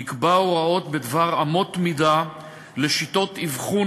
יקבע הוראות בדבר אמות-מידה לשיטות אבחון